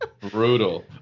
Brutal